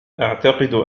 أعتقد